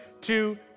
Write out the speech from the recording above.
two